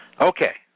Okay